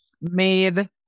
made